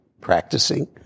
practicing